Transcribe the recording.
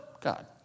God